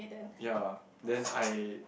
ya then I